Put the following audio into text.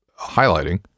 highlighting